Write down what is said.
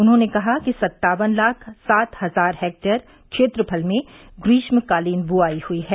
उन्होंने कहा कि सत्तावन लाख सात हजार हेक्टेयर क्षेत्रफल में ग्रीष्मकालीन ब्राई हई है